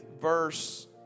verse